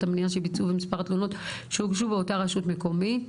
המניעה שביצעו ומספר התלונות שהוגשו באותה רשות מקומית,